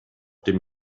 dem